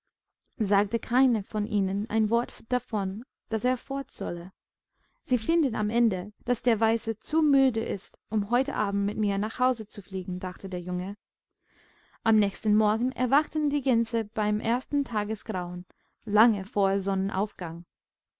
sagte keine von ihnen ein wort davon daß er fort solle sie finden am ende daß der weiße zu müde ist um heute abend mit mir nach hausezufliegen dachtederjunge am nächsten morgen erwachten die gänse beim ersten tagesgrauen lange vorsonnenaufgang